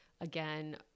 again